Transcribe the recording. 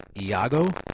Iago